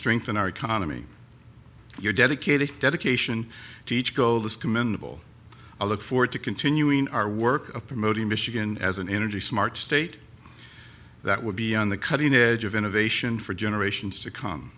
strengthen our economy your dedicated dedication to each goal is commendable i look forward to continuing our work of promoting michigan as an energy smart state that would be on the cutting edge of innovation for generations to come